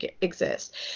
exist